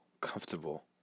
comfortable